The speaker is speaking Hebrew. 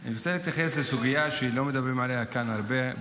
אני רוצה להתייחס לסוגיה שלא מדברים עליה כאן הרבה,